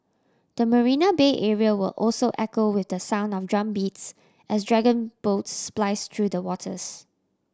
the Marina Bay area will also echo with the sound of drumbeats as dragon boats splice through the waters